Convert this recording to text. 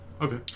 Okay